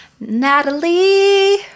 Natalie